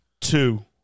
two